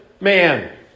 man